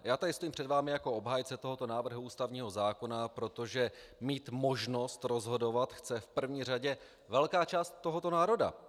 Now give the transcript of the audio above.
Já tady stojím před vámi jako obhájce tohoto návrhu ústavního zákona, protože mít možnost rozhodovat chce v první řadě velká část tohoto národa.